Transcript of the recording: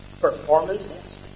performances